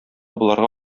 боларга